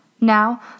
Now